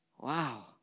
Wow